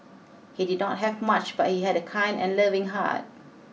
he did not have much but he had a kind and loving heart